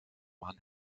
man